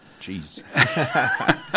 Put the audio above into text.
Jeez